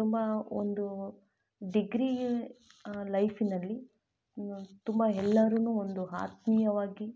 ತುಂಬ ಒಂದು ಡಿಗ್ರಿ ಲೈಫಿನಲ್ಲಿ ನ್ ತುಂಬ ಎಲ್ಲರು ಒಂದು ಆತ್ಮೀಯವಾಗಿ